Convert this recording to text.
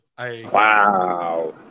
wow